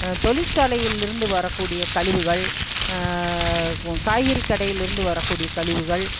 தொழிற்சாலையில் இருந்து வரக்கூடிய கழிவுகள் காய்கறி கடையில் இருந்து வரக்கூடிய கழிவுகள்